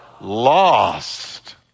lost